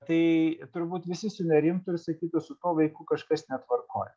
tai turbūt visi sunerimtų ir sakytų su tuo vaiku kažkas netvarkoj